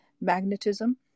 magnetism